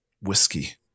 whiskey